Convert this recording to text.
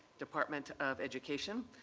department of education,